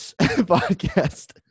podcast